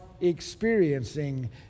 experiencing